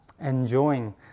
enjoying